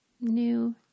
new